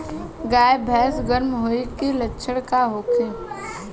गाय भैंस गर्म होय के लक्षण का होखे?